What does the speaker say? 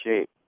shape